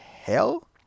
hell